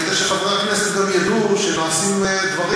כדי שחברי הכנסת גם ידעו שנעשים דברים.